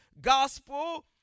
gospel